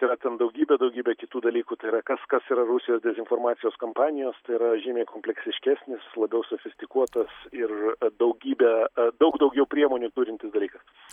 tai yra ten daugybė daugybė kitų dalykų tai yra kas kas yra rusijos dezinformacijos kampanijos tai yra žymiai kompleksiškesnis labiau susistyguotas ir daugybę daug daugiau priemonių turintis dalykas